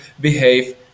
behave